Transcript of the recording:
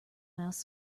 mouse